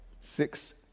Six